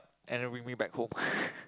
and then bring me back home